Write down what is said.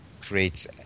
creates